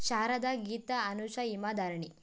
Sharada Geeta Anusha Hima Dharani